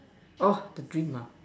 oh the dream uh